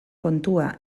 kontua